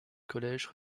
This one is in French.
collège